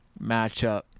matchup